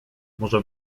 może